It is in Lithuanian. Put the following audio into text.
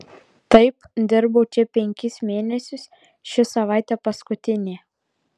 taip dirbau čia penkis mėnesius ši savaitė paskutinė